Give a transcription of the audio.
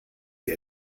sie